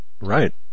Right